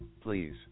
Please